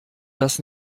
das